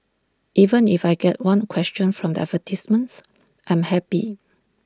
even if I get one question from the advertisements I am happy